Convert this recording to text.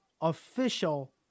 official